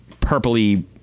purpley